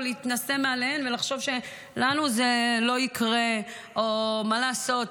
להתנשא מעליהן ולחשוב שלנו זה לא יקרה או מה לעשות,